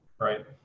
right